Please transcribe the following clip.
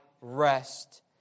rest